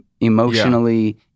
emotionally